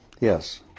Yes